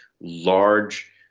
large